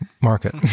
market